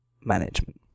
management